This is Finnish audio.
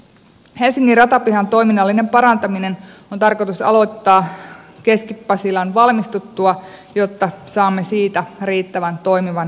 helsingin ratapihan toiminnallinen parantaminen on tarkoitus aloittaa keski pasilan valmistuttua jotta saamme siitä riittävän toimivan ja järkevän kokonaisuuden